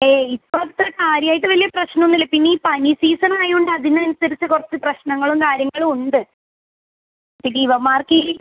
ഏ ഇപ്പം അത്ര കാര്യമായിട്ട് വലിയ പ്രശ്നമൊന്നുമില്ല പിന്നെ ഈ പനി സീസൺ ആയത്കൊണ്ട് അതിന് അനുസരിച്ച് കുറച്ച് പ്രശ്നങ്ങളും കാര്യങ്ങളും ഉണ്ട് പിന്നെ ഇവന്മാർക്ക് ഈ